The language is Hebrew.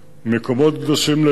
מקומות קדושים ליהודים,